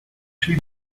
she